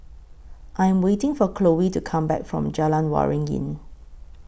I Am waiting For Khloe to Come Back from Jalan Waringin